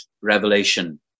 Revelation